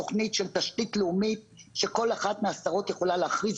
תוכנית של תשתית לאומית שכל אחת מהשרות יכולה להכריז